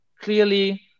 clearly